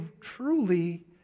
truly